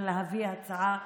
להביא הצעה